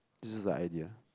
this is the idea